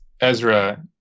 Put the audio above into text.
Ezra